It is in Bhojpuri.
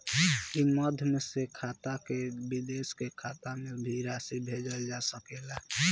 ई माध्यम से खाता से विदेश के खाता में भी राशि भेजल जा सकेला का?